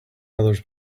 others